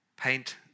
Paint